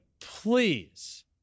please